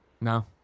No